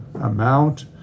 amount